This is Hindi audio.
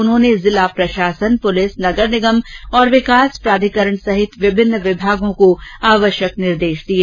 उन्होंने जिला प्रशासन पुलिस नगर निगम और विकास प्राधिकरण सहित विभिन्न विमागों को आवश्यक निर्देश दिये